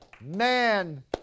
Man